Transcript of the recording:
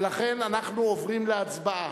ולכן אנחנו עוברים להצבעה,